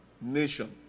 nation